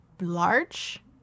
large